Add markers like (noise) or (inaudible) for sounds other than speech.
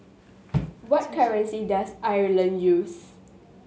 (noise) what currency does Ireland use